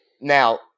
Now